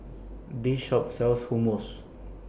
This Shop sells Hummus